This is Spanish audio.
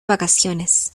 vacaciones